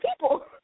people